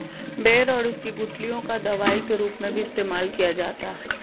बेर और उसकी गुठलियों का दवाई के रूप में भी इस्तेमाल किया जाता है